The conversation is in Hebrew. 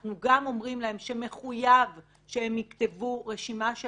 אנחנו גם אומרים להם שמחויב שהם יכתבו רשימה של